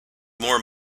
more